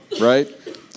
right